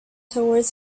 toward